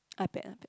iPad iPad